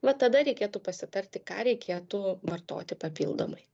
va tada reikėtų pasitarti ką reikėtų vartoti papildomai